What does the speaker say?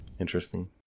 Interesting